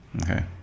okay